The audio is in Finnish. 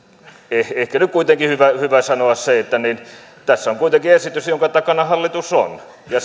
ehkä nyt kuitenkin on hyvä sanoa se että tässä on kuitenkin esitys jonka takana hallitus on ja